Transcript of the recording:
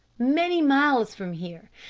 many miles from here,